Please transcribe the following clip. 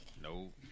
Nope